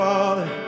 Father